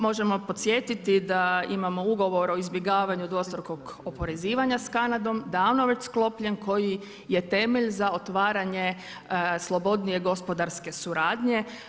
Možemo podsjetiti da imamo Ugovor o izbjegavanju dvostrukog oporezivanja s Kanadom davno već sklopljen koji je temelj za otvaranje slobodnije gospodarske suradnje.